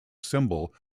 symbol